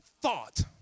Thought